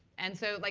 and so, like